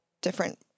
different